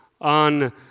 on